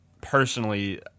Personally